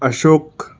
Ashok